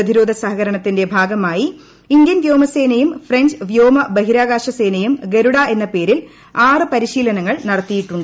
പ്രതിരോധ സഹകരണത്തിന്റെ ഭാഗമായി ഇന്ത്യൻ വ്യോമസേനയും ഫ്രഞ്ച് വ്യോമ ബഹിരാകാശ സേനയും ഗരുഡ എന്ന പേരിൽ ആറ് പരിശീലനങ്ങൾ നടത്തിയിട്ടുണ്ട്